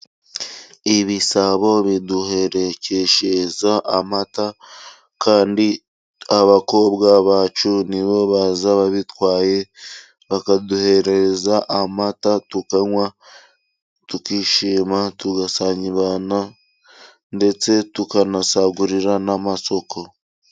Ibisabo biduherekeshereza amata, kandi abakobwa bacu ni bo baza babitwaye bakaduhereza amata tukanwa tukishima tugasabana, ndetse tukanasagurira n'amasoko.